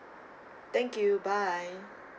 thank you bye